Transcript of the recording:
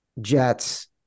Jets